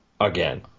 again